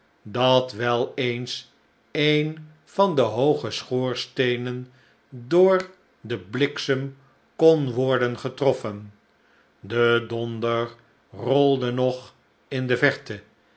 dat wel eens een van de hooge schoorsteenen door den bliksem kon worden getroffen de donder rolde